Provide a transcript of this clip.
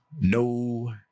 no